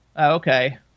Okay